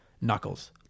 Knuckles